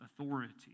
authority